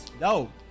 No